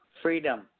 freedom